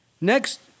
Next